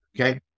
Okay